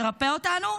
לרפא אותנו?